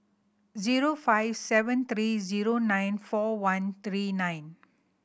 zero five seven three zero nine four one three nine